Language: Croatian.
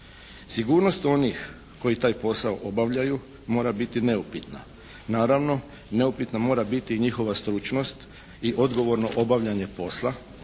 Sigurnost onih koji taj posao obavljaju mora biti neupitna. Naravno, neupitna mora biti njihova stručnost i odgovorno obavljanje posla